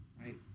right